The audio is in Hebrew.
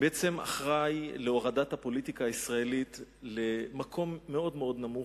בעצם אחראי להורדת הפוליטיקה הישראלית למקום מאוד מאוד נמוך,